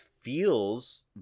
feels